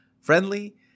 friendly